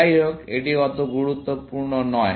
যাইহোক এটি এত গুরুত্বপূর্ণ নয়